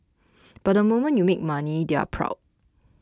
but the moment you make money they're proud